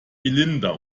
melinda